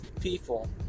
people